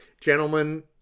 Gentlemen